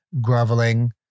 groveling